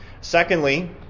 secondly